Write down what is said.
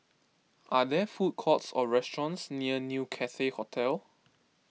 are there food courts or restaurants near New Cathay Hotel